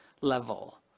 level